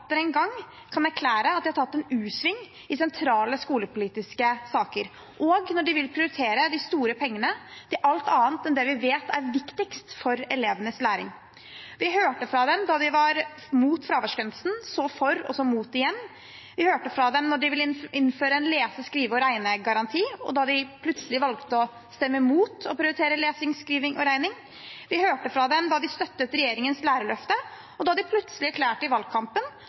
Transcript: en gang kan erklære at de har tatt en U-sving i sentrale skolepolitiske saker – og når de vil prioritere de store pengene til alt annet enn det vi vet er viktigst for elevenes læring. Vi hørte fra dem da de var mot fraværsgrensen – så for, og så mot igjen. Vi hørte fra dem da de ville innføre en lese-, skrive- og regnegaranti, og da de plutselig valgte å stemme imot å prioritere lesing, skriving og regning. Vi hørte fra dem da de støttet regjeringens lærerløft, og da de plutselig erklærte i valgkampen